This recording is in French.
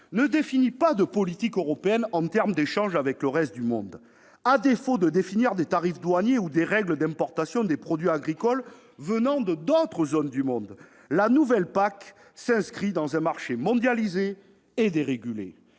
ne définit pas de politique européenne en termes d'échanges avec le reste du monde : à défaut de définir des tarifs douaniers ou des règles d'importation des produits agricoles venant d'autres zones du monde, cette PAC s'inscrit dans un marché mondialisé et dérégulé.